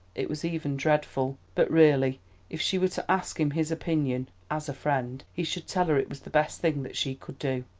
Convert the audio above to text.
it was even dreadful, but really if she were to ask him his opinion, as a friend, he should tell her it was the best thing that she could do.